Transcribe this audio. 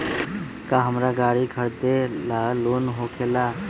का हमरा गारी खरीदेला लोन होकेला?